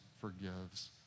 forgives